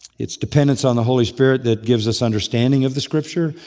its dependence on the holy spirit that gives us understanding of the scripture,